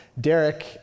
Derek